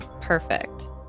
Perfect